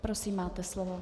Prosím, máte slovo.